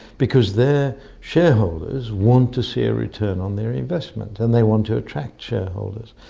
because their shareholders want to see a return on their investment. and they want to attract shareholders.